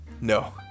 No